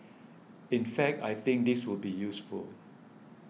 in fact I think this will be useful